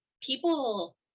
people